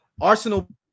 Arsenal